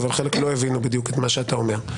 אבל חלק לא הבינו בדיוק את מה שאתה אומר.